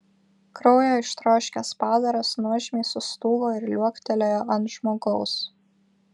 kraujo ištroškęs padaras nuožmiai sustūgo ir liuoktelėjo ant žmogaus